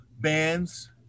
bands